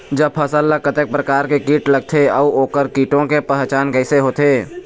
जब फसल ला कतेक प्रकार के कीट लगथे अऊ ओकर कीटों के पहचान कैसे होथे?